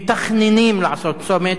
מתכננים לעשות צומת.